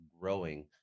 growing